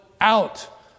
out